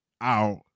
out